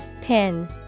Pin